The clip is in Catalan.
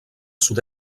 sud